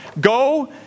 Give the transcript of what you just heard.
Go